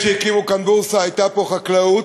לפני שהקימו כאן בורסה הייתה פה חקלאות,